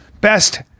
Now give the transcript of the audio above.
best